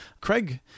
Craig